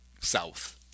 South